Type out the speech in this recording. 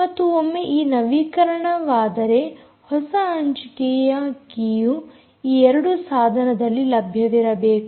ಮತ್ತು ಒಮ್ಮೆ ಈ ನವೀಕರಣವಾದರೆ ಹೊಸ ಹಂಚಿಕೆಯ ಕೀಯು ಈ ಎರಡು ಸಾಧನದಲ್ಲಿ ಲಭ್ಯವಿರಬೇಕು